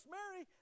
Mary